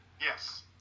Yes